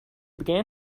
began